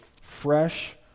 fresh